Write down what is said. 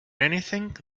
anything